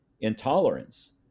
intolerance